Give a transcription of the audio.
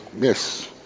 Yes